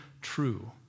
True